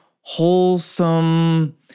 wholesome